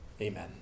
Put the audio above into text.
Amen